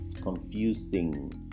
confusing